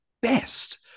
best